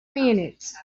minutes